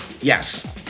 yes